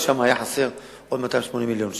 ושם היו חסרים עוד 280 מיליון שקל.